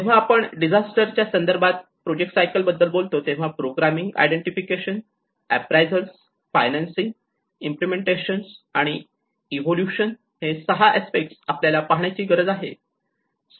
जेव्हा आपण डिझास्टर च्या संदर्भात प्रोजेक्ट सायकल बद्दल बोलतो तेव्हा programming identification appraisal financing implementation आणि इव्होल्यूशन हे 6 अस्पेक्ट आपल्याला पाहण्याची गरज आहे